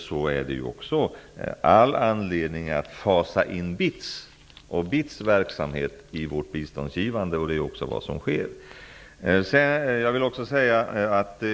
Vi har i det sammanhanget också anledning att fasa in BITS och dess verksamhet i vårt biståndsgivande, och det är också vad som sker.